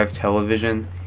television